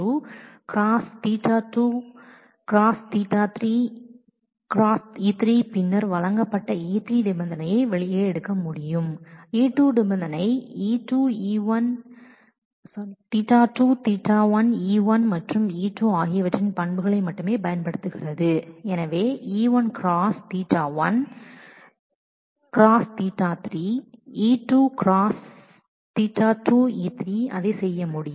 அதாவது நான் ஒரு E1 ⋈ Ɵ1 E2 ⋈ Ɵ2Ɵ 3 E3 பின்னர் வழங்கப்பட்ட Ɵ3 நிபந்தனையை வெளியே எடுக்க முடியும் Ɵ2 நிபந்தனை என்பதை தவிர்த்து நிபந்தனை என்பது Ɵ2 Ɵ E1 மற்றும் E2 ஆகியவற்றின் அட்ரிபியூட் மட்டுமே பயன்படுத்துகிறது எனவே E1 ⋈ Ɵ1Ɵ 3 E2 ⋈Ɵ2 E3 அதை செய்ய முடியும்